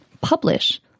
publish